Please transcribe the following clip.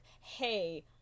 hey